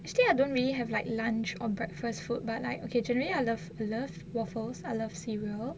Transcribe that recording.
actually I don't really have like lunch or breakfast food but like generally I love love waffles I love cereal